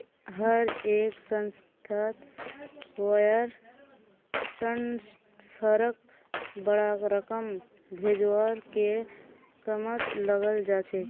हर एक संस्थात वायर ट्रांस्फरक बडा रकम भेजवार के कामत लगाल जा छेक